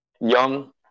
Young